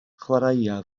chwaraea